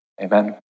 Amen